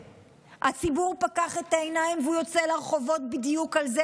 הציבור פקח את העיניים והוא יוצא לרחובות בדיוק על זה,